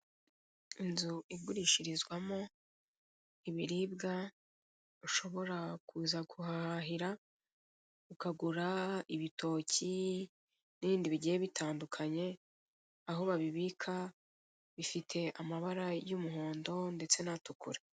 Inzu igurishirizwamo ibiribwa ushobora kuza guhahira ukagura ibitoki n'ibindi bigiye bitandukanye aho babibika bifie amabara y'umuhondo ndetse n'atukura.